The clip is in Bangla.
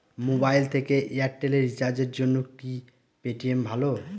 মোবাইল থেকে এয়ারটেল এ রিচার্জের জন্য কি পেটিএম ভালো?